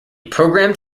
programmed